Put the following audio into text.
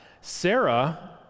Sarah